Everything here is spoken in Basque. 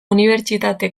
unibertsitate